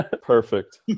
Perfect